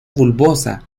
bulbosa